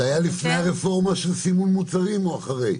זה היה לפני הרפורמה של סימון מוצרים או אחריה?